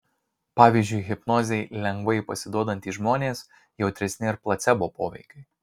pavyzdžiui hipnozei lengvai pasiduodantys žmonės jautresni ir placebo poveikiui